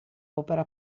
opera